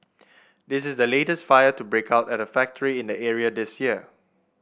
this is the latest fire to break out at a factory in the area this year